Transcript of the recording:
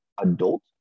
adult